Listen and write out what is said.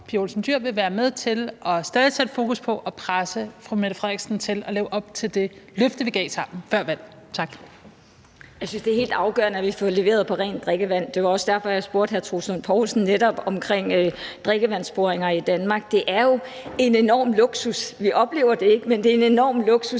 Pia Olsen Dyhr vil være med til stadig at sætte fokus på at presse fru Mette Frederiksen til at leve op til det løfte, vi gav før valget. Tak. Kl. 14:58 Pia Olsen Dyhr (SF): Jeg synes, det er helt afgørende, at vi får leveret på rent drikkevand. Det var også derfor, jeg spurgte hr. Troels Lund Poulsen omkring netop drikkevandsboringer i Danmark. Det er jo en enorm luksus – vi oplever det ikke, men det er en enorm luksus